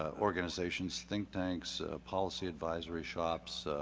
ah organizations, think tanks, policy advisory shops,